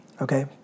okay